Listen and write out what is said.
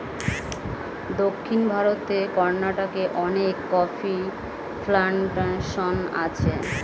দক্ষিণ ভারতের কর্ণাটকে অনেক কফি প্ল্যান্টেশন আছে